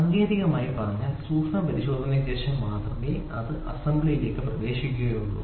സാങ്കേതികമായി പറഞ്ഞാൽ സൂക്ഷ്മമായ പരിശോധനക്ക് ശേഷം മാത്രമേ അത് അസംബ്ലിയിലേക്ക് പ്രവേശിക്കുക ഒള്ളു